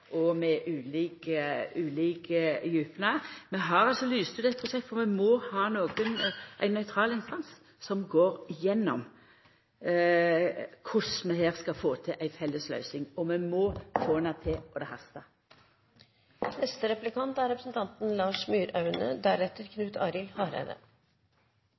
og grava med ulik djupne. Vi har lyst ut eit prosjekt, for vi må ha ein nøytral instans som går gjennom korleis vi her skal få til ei felles løysing. Vi må få det til, og det hastar. Jeg er